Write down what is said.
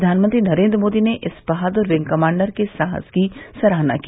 प्रधानमंत्री नरेन्द्र मोदी ने इस बहादुर विंग कमांडर के साहस की सराहना की